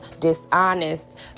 dishonest